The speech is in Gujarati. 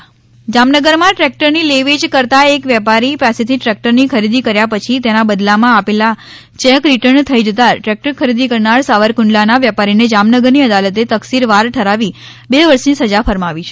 ચેક રિટર્ન કેસમાં જામનગરમાં ટ્રેક્ટરની લે વેચ કરતા એક વેપારી પાસેથી ટ્રેક્ટરની ખરીદી કર્યા પછી તેના બદલામાં આપેલા ચેક રિટર્ન થઈ જતા ટ્રેકટર ખરીદી કરનાર સાવરકુંડલાના વેપારીને જામનગરની અદાલતે તકસીરવાર ઠરાવી બે વર્ષની સજા ફરમાવી છે